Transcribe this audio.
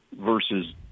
versus